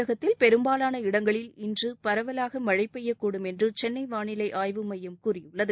தமிழகத்தில் பெரும்பாவான இடங்களில் இன்று பரவலாக மழை பெய்யக்கூடும் என்று சென்னை வானிலை ஆய்வு மையம் கூறியுள்ளது